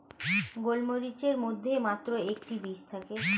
গোলমরিচের মধ্যে মাত্র একটি বীজ থাকে